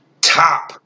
top